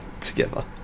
together